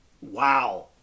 Wow